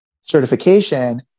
certification